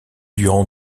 durant